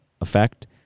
effect